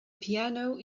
piano